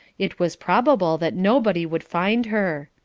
it was probable that nobody would find her.